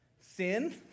Sin